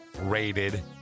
rated